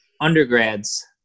undergrads